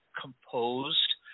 composed